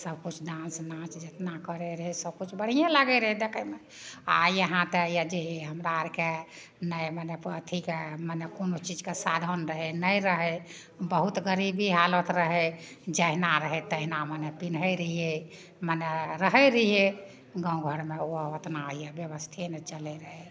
सबकिछु डान्स नाच जतना करै रहै सबकिछु बढ़िएँ लागै रहै देखैमे आओर यहाँ तऽ जे हमरा आओरके नहि मने कथीके मने कोनो चीजके साधन रहै नहि रहै बहुत गरीबी हालत रहै जहिना रहै तहिना मने पिन्है रहिए मने रहै रहिए गामघरमे ओ ओतना यऽ बेबस्थे नहि चलै रहै